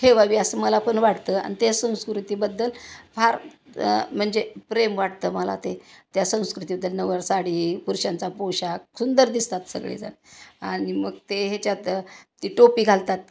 ठेवावी असं मला पण वाटतं आणि ते संस्कृतीबद्दल फार म्हणजे प्रेम वाटतं मला ते त्या संस्कृतीबद्दल नऊवारी साडी पुरषांचा पोशाख सुंदर दिसतात सगळेजण आणि मग ते ह्याच्यात ती टोपी घालतात